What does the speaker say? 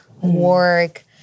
work